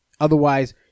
Otherwise